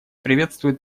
приветствует